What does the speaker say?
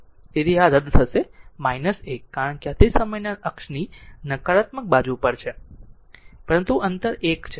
તેથી આ રદ થશે 1 કારણ કે તે સમયના અક્ષની નકારાત્મક બાજુ પર છે પરંતુ અંતર 1 બરાબર છે